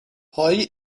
pwy